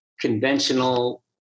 conventional